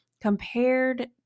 compared